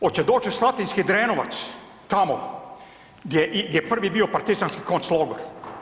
Hoće doć u Slatinski Drenovac tamo gdje je prvi bio partizanski konclogor?